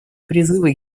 призывы